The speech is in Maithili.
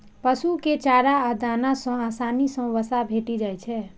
पशु कें चारा आ दाना सं आसानी सं वसा भेटि जाइ छै